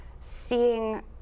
seeing